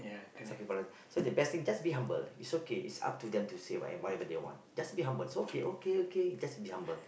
some people like to so the best thing just be humble it's okay it's up to them to say whatever they want just be humble it's okay okay okay just be humble